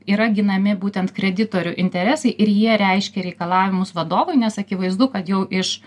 yra ginami būtent kreditorių interesai ir jie reiškia reikalavimus vadovui nes akivaizdu kad jau iš